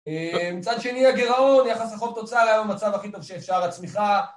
מצד שני הגרעון, יחס החוב-תוצר היום, מצב הכי טוב שאפשר, הצמיחה.